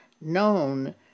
known